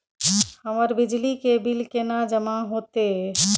हमर बिजली के बिल केना जमा होते?